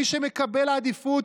מי שמקבלים עדיפות,